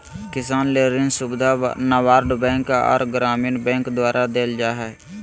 किसान ले ऋण सुविधा नाबार्ड बैंक आर ग्रामीण बैंक द्वारा देल जा हय